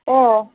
ও